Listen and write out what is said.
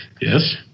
Yes